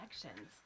connections